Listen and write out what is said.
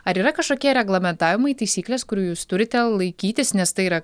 ar yra kažkokie reglamentavimai taisyklės kurių jūs turite laikytis nes tai yra